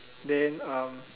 then um